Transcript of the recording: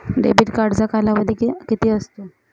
Debit कार्डचा कालावधी किती असतो?